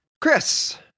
Chris